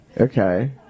Okay